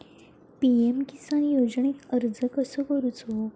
PM Kisan योजनेक अर्ज कसो करायचो?